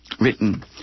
written